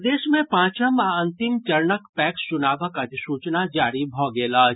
प्रदेश मे पांचम आ अंतिम चरणक पैक्स चुनावक अधिसूचना जारी भऽ गेल अछि